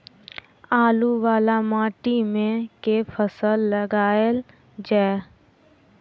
बालू वला माटि मे केँ फसल लगाएल जाए?